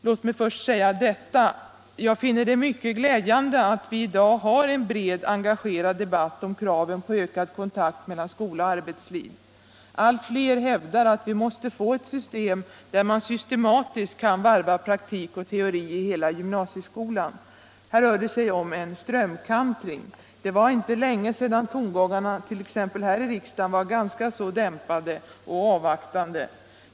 Låt mig först säga att jag finner det mycket glädjande att vi i dag har en bred, engagerad debatt om kraven på ökad kontakt mellan skola och arbetsliv. Allt fler hävdar att vi måste få en ordning, där man systematiskt kan varva praktik och teori i hela gymnasieskolan. Här rör det sig om en strömkantring. Det var inte länge sedan tongångarna t.ex. här i riksdagen var ganska dämpade och avvaktande.